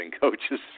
coaches